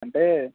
అంటే